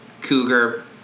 Cougar